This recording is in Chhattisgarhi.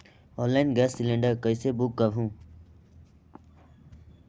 ऑनलाइन गैस सिलेंडर कइसे बुक करहु?